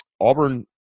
auburn